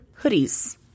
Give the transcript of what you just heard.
hoodies